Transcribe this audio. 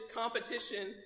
competition